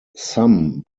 some